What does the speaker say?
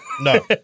No